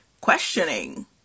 questioning